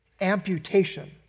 amputation